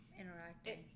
interacting